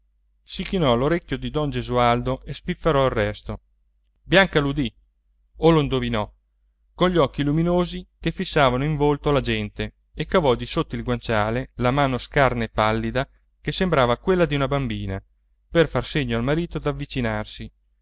si chinò all'orecchio di don gesualdo e spifferò il resto bianca l'udì o l'indovinò con gli occhi luminosi che fissavano in volto la gente e cavò di sotto il guanciale la mano scarna e pallida che sembrava quella di una bambina per far segno al marito d'avvicinarsi